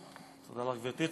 תודה לך, גברתי.